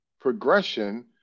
progression